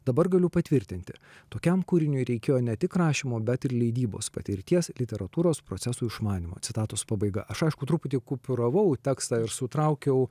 dabar galiu patvirtinti tokiam kūriniui reikėjo ne tik rašymo bet ir leidybos patirties literatūros procesų išmanymo citatos pabaiga aš aišku truputį kupiūravau tekstą ir sutraukiau